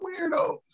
weirdos